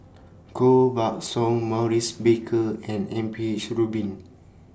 Koh Buck Song Maurice Baker and M P H Rubin